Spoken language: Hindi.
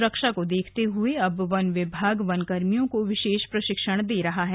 सुरक्षा को देखते हुए अब वन विभाग वन कर्मियों को विशेष प्रशिक्षण दे रहा है